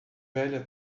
velha